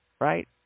right